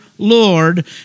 Lord